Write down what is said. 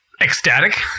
ecstatic